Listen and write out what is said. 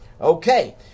Okay